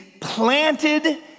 planted